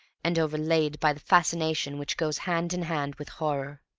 and overlaid by the fascination which goes hand in hand with horror.